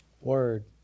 Word